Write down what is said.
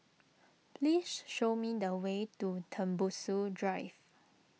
please show me the way to Tembusu Drive